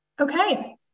Okay